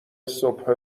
صبح